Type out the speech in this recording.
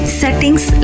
settings